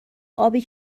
آبی